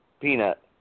Peanut